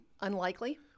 unlikely